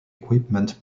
equipment